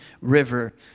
River